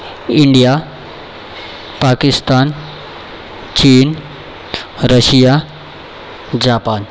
India Pakistan चीन Russia Japan